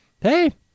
hey—